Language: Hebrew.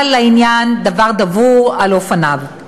אבל לעניין, דבר דבור על אופניו: